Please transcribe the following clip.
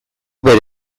bere